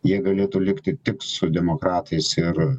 jie galėtų likti tik su demokratais ir